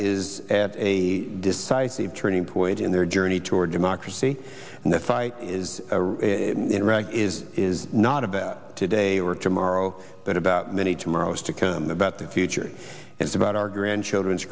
is at a decisive turning point in their journey toward democracy and the fight is is is not about today or tomorrow but about many tomorrows to come about the future and about our grandchildren's